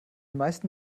meisten